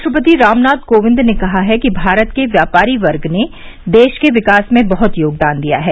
राष्ट्रपति रामनाथ कोविंद ने कहा है कि भारत के व्यापारी वर्ग ने देश के विकास में बहुत योगदान दिया है